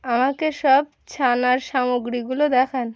আমাকে সব ছানার সামগ্রীগুলো দেখান